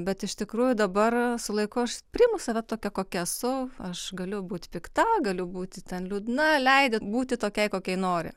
bet iš tikrųjų dabar su laiku aš priimu save tokią kokia esu aš galiu būt pikta galiu būti ten liūdna leidi būti tokiai kokiai nori